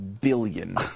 billion